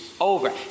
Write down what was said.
over